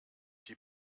die